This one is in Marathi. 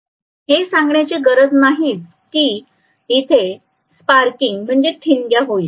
हे सांगण्याची गरज नाहीच की इथे स्पार्किंग ठिणग्या होईल